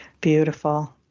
beautiful